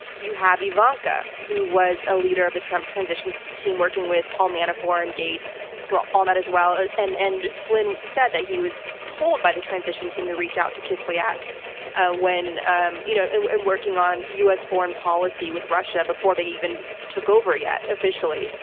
you have ivanka who was a leader of the trump transition so team, working with paul manafort and gates, who are on that as well. and and flynn said that he was told by the transition team to reach out to kislyak when um you know and when working on u. s. foreign policy with russia before they even took over yet officially,